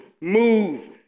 move